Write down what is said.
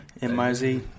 m-i-z